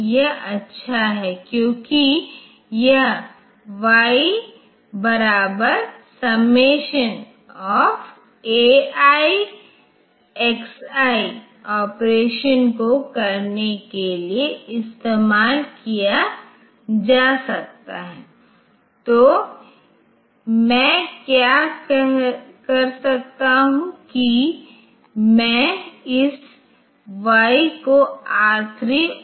तो यह अच्छा है क्योंकि हम अपने ऑपरेटिंग सिस्टम में बड़ी संख्या में सिस्टम कॉल को लागू कर सकते हैं लेकिन यहां मुश्किल यह है कि इन 2 पावर 24 सिस्टम कॉल में से प्रत्येक के लिए हमारे पास संबंधित मेमोरी एड्रेस है यदि एड्रेस बस मान लिया जाए तो 32 बिट एड्रेस बस